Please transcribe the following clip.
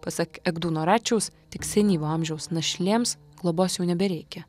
pasak egdūno račiaus tik senyvo amžiaus našlėms globos jau nebereikia